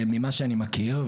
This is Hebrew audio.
שממה שאני מכיר,